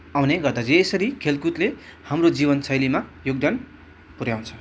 आउने गर्दछ यसरी खेलकुदले हाम्रो जीवनशैलीमा योगदान पुऱ्याउँछ